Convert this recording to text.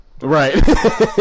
Right